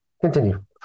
continue